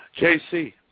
JC